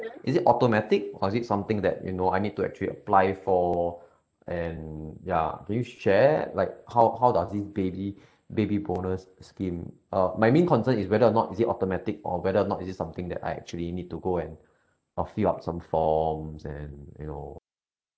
is it automatic or is it something that you know I need to actually apply for and ya can you share like how how does this baby baby bonus scheme uh my main concern is whether or not is it automatic or whether or not is it something that I actually need to go and uh fill up some forms and you know